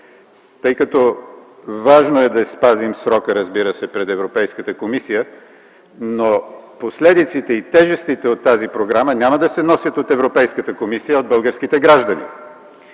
приемане. Важно е да спазим срока, разбира се, пред Европейската комисия, но последиците и тежестите от тази програма няма да се носят от Европейската комисия, а от българските граждани